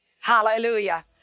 Hallelujah